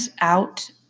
out